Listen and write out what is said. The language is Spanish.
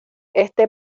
este